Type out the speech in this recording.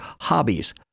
Hobbies